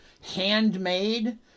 handmade